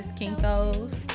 Kinko's